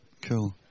Cool